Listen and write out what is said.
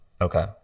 Okay